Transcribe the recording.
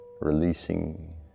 releasing